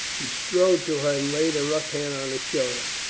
he strode to her and laid a rough hand on her shoulder.